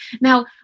Now